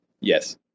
Yes